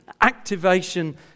activation